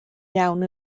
iawn